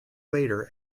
later